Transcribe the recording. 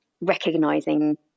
recognizing